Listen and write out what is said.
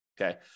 Okay